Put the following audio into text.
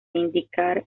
indycar